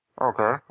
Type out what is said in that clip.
Okay